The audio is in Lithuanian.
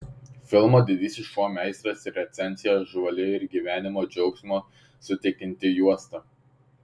filmo didysis šou meistras recenzija žvali ir gyvenimo džiaugsmo suteikianti juosta